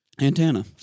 Antenna